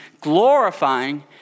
glorifying